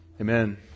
amen